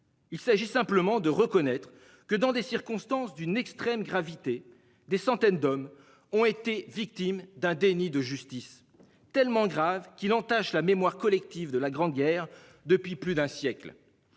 Il s'agit simplement de reconnaître que dans des circonstances d'une extrême gravité. Des centaines d'hommes ont été victimes d'un déni de justice tellement grave qu'il entache la mémoire collective de la Grande Guerre depuis plus d'un siècle.